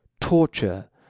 torture